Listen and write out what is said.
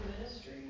ministry